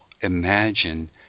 imagine